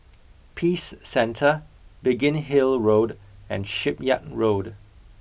Peace Centre Biggin Hill Road and Shipyard Road